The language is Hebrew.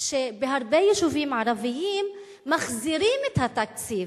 שבהרבה יישובים ערביים מחזירים את התקציב,